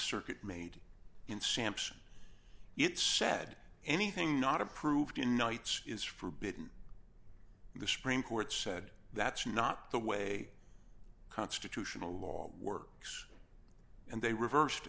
circuit made in sampson it said anything not approved in nights is forbidden the supreme court said that's not the way constitutional law works and they reversed